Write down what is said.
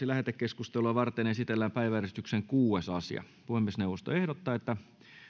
lähetekeskustelua varten esitellään päiväjärjestyksen kuudes asia puhemiesneuvosto ehdottaa että